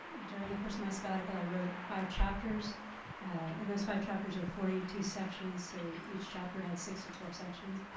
during the course of my sabbatical, i wrote five chapters and those five chapters are forty two sections so each chapter had six to twelve sections.